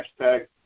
hashtag